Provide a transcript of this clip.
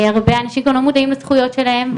הרבה אנשים לא מודעים לזכויות שלהם,